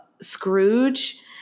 Scrooge